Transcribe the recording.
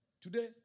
Today